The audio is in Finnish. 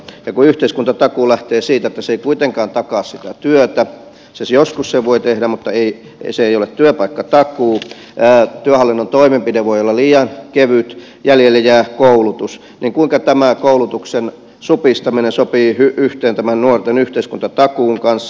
ja kun yhteiskuntatakuu lähtee siitä että se ei kuitenkaan takaa sitä työtä siis joskus se voi tehdä mutta se ei ole työpaikkatakuu työhallinnon toimenpide voi olla liian kevyt jäljelle jää koulutus niin kuinka tämä koulutuksen supistaminen sopii yhteen tämän nuorten yhteiskuntatakuun kanssa